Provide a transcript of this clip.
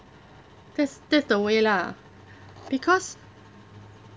cause that's the way lah because